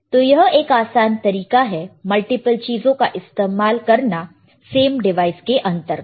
तो यह एक आसान तरीका है मल्टीपल चीजों का इस्तेमाल करना सेम डिवाइस के अंतर्गत